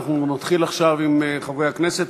אנחנו נתחיל עכשיו עם חברי הכנסת.